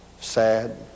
Sad